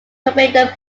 torpedo